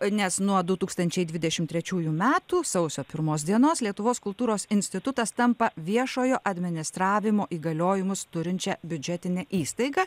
nes nuo du tūkstančiai dvidešimt trečiųjų metų sausio pirmos dienos lietuvos kultūros institutas tampa viešojo administravimo įgaliojimus turinčia biudžetine įstaiga